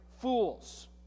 fools